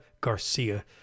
Garcia